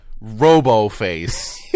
robo-face